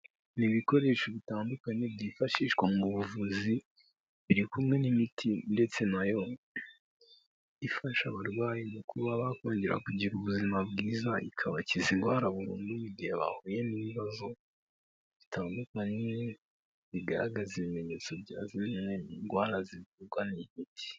Ni ibikoresho bitandukanye byifashishwa mu buvuzi, biri kumwe n'imiti ndetse na yo ifasha abarwayi mu kuba bakongera kugira ubuzima bwiza, ikabakiza indwara burundu mu gihe bahuye n'ibibazo bitandukanye, bigaragaza ibimenyetso bya zimwe mu ndwara zivurwa n'iyi miti.